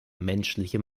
menschliche